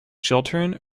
chiltern